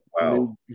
wow